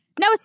no